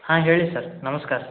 ಹಾಂ ಹೇಳಿ ಸರ್ ನಮಸ್ಕಾರ